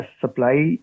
supply